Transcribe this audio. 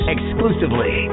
Exclusively